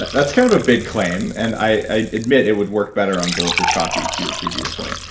that's kind of a big claim, and i admit it would work better on bulletproof coffee, to your previous point.